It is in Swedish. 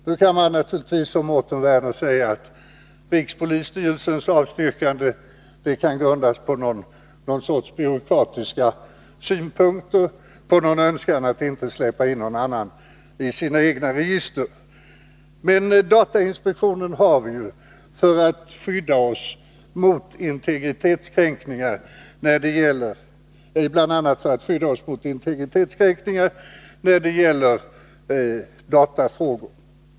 Nu kan man naturligtvis, som Mårten Werner gör, säga att rikspolisstyrelsens avstyrkande kan grundas på någon sorts byråkratiska synpunkter och på en önskan att inte släppa in någon annan i sina egna register. Men datainspektionen har ju bl.a. till uppgift att skydda oss mot integritetskränkningar när det gäller datafrågor.